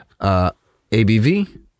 ABV